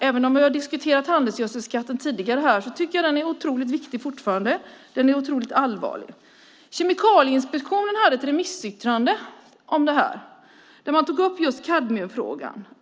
Även om vi tidigare i debatten tagit upp skatten på handelsgödsel tycker jag att frågan är så pass viktig och allvarlig att jag vill ta upp den en gång till. Kemikalieinspektionen har lämnat ett remissyttrande där man tar upp just kadmiumfrågan.